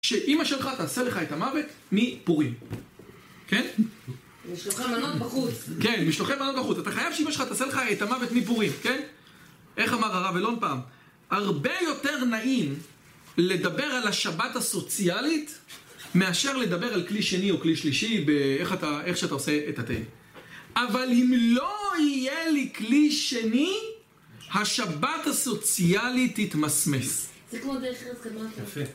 שאמא שלך תעשה לך את המוות מפורים, כן? משלוחי מנות בחוץ. כן, משלוחי מנות בחוץ. אתה חייב שאמא שלך תעשה לך את המוות מפורים, כן? איך אמר הרב אילון פעם? הרבה יותר נעים לדבר על השבת הסוציאלית, מאשר לדבר על כלי שני או כלי שלישי באיך שאתה עושה את התה. אבל אם לא יהיה לי כלי שני השבת הסוציאלית תתמסמס. זה כמו דרך ארץ קדמה לתורה. יפה.